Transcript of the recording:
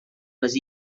les